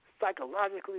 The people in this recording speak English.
psychologically